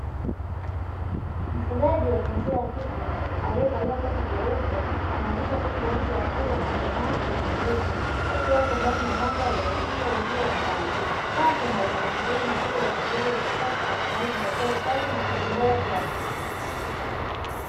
Mfugaji wa jinsia ya kike aliyevalia koti jeupe, analisha kuku wengi wakubwa na wenye afya na nguvu. Wakiwa ndani ya banda lililozungushiwa uzio wa mbao, safi na lenye mazingira mazuri ya ufugaji wa kisasa unaozingatia usafi na lishe bora kila siku.